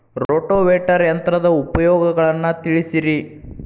rotavator ಯಂತ್ರದ ಉಪಯೋಗಗಳನ್ನ ತಿಳಿಸಿರಿ